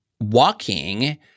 walking